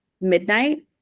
midnight